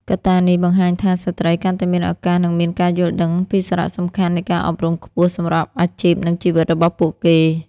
កត្តានេះបង្ហាញថា ស្ត្រីកាន់តែមានឱកាសនិងមានការយល់ដឹងពីសារៈសំខាន់នៃការអប់រំខ្ពស់សម្រាប់អាជីពនិងជីវិតរបស់ពួកគេ។